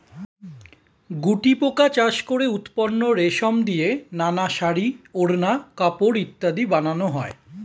গুটিপোকা চাষ করে উৎপন্ন রেশম দিয়ে নানা শাড়ী, ওড়না, কাপড় ইত্যাদি বানানো হয়